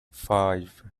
five